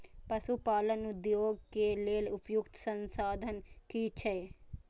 पशु पालन उद्योग के लेल उपयुक्त संसाधन की छै?